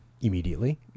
immediately